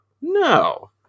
No